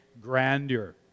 grandeur